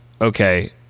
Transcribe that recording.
okay